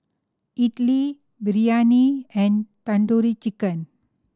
Idili Biryani and Tandoori Chicken